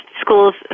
schools